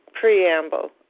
preamble